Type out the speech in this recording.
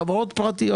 חברות פרטיות.